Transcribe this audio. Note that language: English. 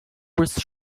with